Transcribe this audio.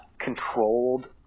controlled